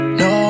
no